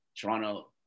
Toronto